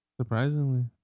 Surprisingly